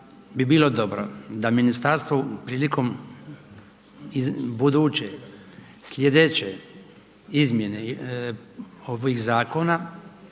bi bilo dobro da Ministarstvo prilikom buduće, sljedeće izmjene ovih zakona